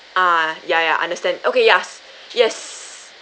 ah ya ya understand okay yes yes